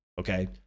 Okay